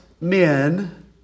men